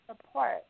support